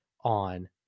on